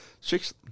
Six